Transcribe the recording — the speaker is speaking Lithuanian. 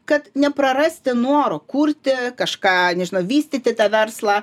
kad neprarasti noro kurti kažką nežinau vystyti tą verslą